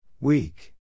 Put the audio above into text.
Weak